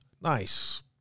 Nice